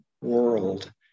world